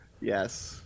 Yes